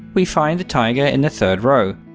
we find the taiga in the third row,